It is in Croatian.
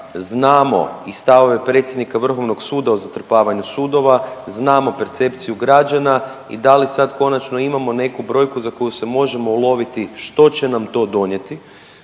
znamo i stavove predsjednika Vrhovnog sudova, znamo percepciju građana i da li sad konačno neku brojku za koju se možemo uloviti što će nam to donijeti,